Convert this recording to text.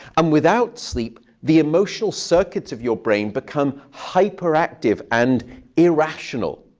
um without sleep, the emotional circuits of your brain become hyperactive and irrational.